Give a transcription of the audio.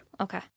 Okay